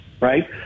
right